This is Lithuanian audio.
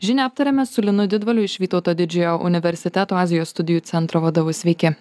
žinią aptarėme su linu didvaliu iš vytauto didžiojo universiteto azijos studijų centro vadovu sveiki